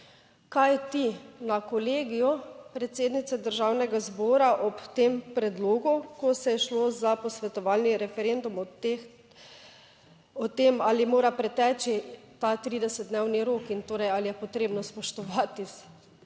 kajti na Kolegiju predsednice Državnega zbora ob tem predlogu, ko se je šlo za posvetovalni referendum o tem, ali mora preteči ta 30-dnevni rok in torej, ali je potrebno spoštovati